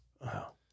Wow